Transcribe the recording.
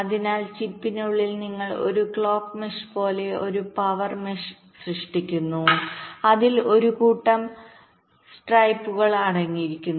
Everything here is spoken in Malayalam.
അതിനാൽ ചിപ്പിനുള്ളിൽ നിങ്ങൾ ഒരു ക്ലോക്ക് മെഷ് പോലെ ഒരു പവർ മെഷ്സൃഷ്ടിക്കുന്നു അതിൽ ഒരു കൂട്ടം സ്ട്രൈപ്പുകൾ അടങ്ങിയിരിക്കുന്നു